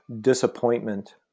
disappointment